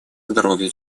здоровью